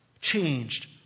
changed